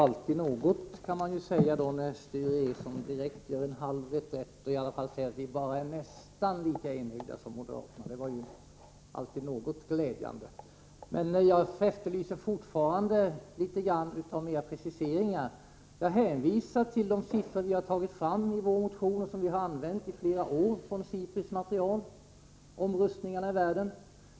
Herr talman! Sture Ericson gör direkt en halv reträtt och säger i alla fall att vi nästan är lika enögda som moderaterna. Alltid är det någonting som är glädjande. Jag efterlyser fortfarande preciseringar. Jag hänvisar till de siffror som vi har tagit fram i vår motion, och som vi använt flera år, från SIPRI:s material om rustningarna i världen.